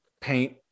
paint